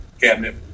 Cabinet